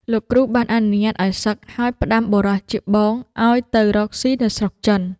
លោកគ្រូបានអនុញ្ញាតឱ្យសឹក ហើយផ្ដាំបុរសជាបងឱ្យទៅរកស៊ីនៅស្រុកចិន។